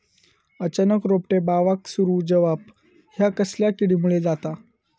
अचानक रोपटे बावाक सुरू जवाप हया कसल्या किडीमुळे जाता?